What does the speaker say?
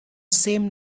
same